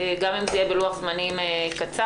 גם אם זה יהיה בלוח-זמנים קצר.